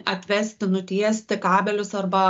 atvesti nutiesti kabelius arba